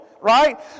Right